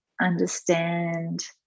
understand